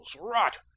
rot